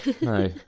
No